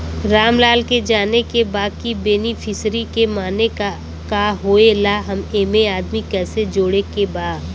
रामलाल के जाने के बा की बेनिफिसरी के माने का का होए ला एमे आदमी कैसे जोड़े के बा?